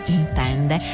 intende